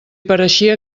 pareixia